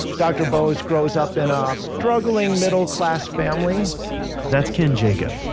dr. bose grows up in a struggling middle class family that's ken jacob,